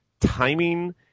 timing